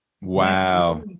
Wow